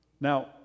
Now